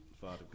Father